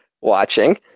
watching